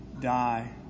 die